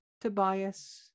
Tobias